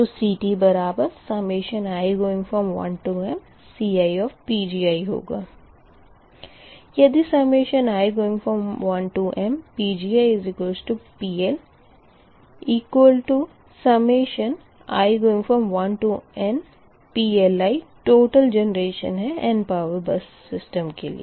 तो CTi1mCi होगा यदिi1mPgiPLi1nPLi टोटल जेनरेशन है n बस पावर सिस्टम के लिए